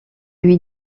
lui